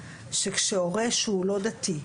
שכשהורה שהוא לא דתי,